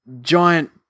giant